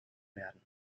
werden